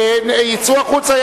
יצאו החוצה.